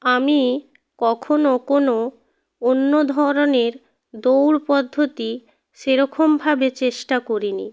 আমি কখনও কোনো অন্য ধরনের দৌড় পদ্ধতি সেরকমভাবে চেষ্টা করি নি